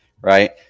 right